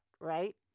right